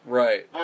right